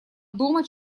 дома